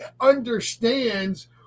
understands